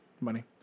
Money